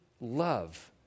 love